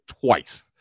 twice